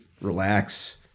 relax